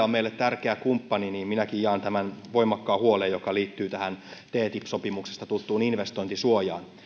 on meille tärkeä kumppani niin minäkin jaan tämän voimakkaan huolen joka liittyy tähän ttip sopimuksesta tuttuun investointisuojaan